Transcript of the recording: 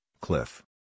cliff